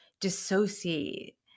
dissociate